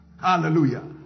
Hallelujah